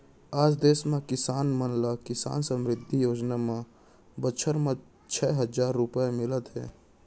आज देस म किसान मन ल किसान समृद्धि योजना म बछर म छै हजार रूपिया मिलत हे